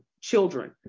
children